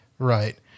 Right